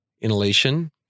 Inhalation